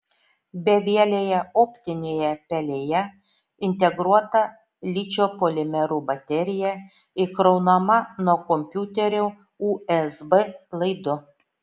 bevielėje optinėje pelėje integruota ličio polimerų baterija įkraunama nuo kompiuterio usb laidu